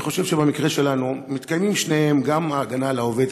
אני חושב שבמקרה שלנו מתקיימים שניהם: גם ההגנה על העובד,